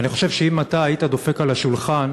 ואני חושב שאם אתה היית דופק על השולחן,